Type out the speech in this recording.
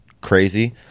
crazy